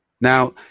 Now